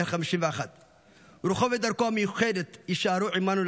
בן 51. רוחו ודרכו המיוחדת יישארו עימנו,